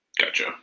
Gotcha